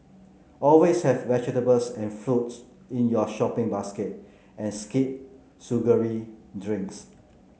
always have vegetables and fruits in your shopping basket and skip sugary drinks